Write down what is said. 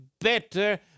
better